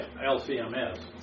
LCMS